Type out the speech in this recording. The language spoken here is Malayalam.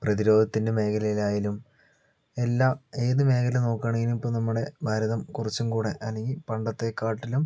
പ്രതിരോധത്തിൻ്റെ മേഖലയിൽ ആയാലും എല്ലാം ഏതു മേഖല നോക്കുകയാണെങ്കിലും ഇപ്പോൾ നമ്മുടെ ഭാരതം കുറച്ചുകൂടെ അല്ലെങ്കിൽ പണ്ടത്തേക്കാട്ടിലും